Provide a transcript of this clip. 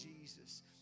Jesus